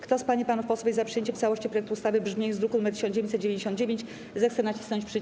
Kto z pań i panów posłów jest za przyjęciem w całości projektu ustawy w brzmieniu z druku nr 1999, zechce nacisnąć przycisk.